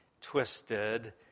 twisted